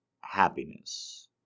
Happiness